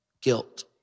guilt